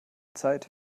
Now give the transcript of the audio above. zeit